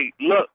look